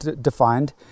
defined